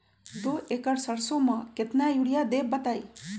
दो एकड़ सरसो म केतना यूरिया देब बताई?